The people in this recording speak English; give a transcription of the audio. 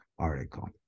article